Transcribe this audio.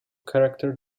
character